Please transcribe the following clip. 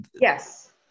Yes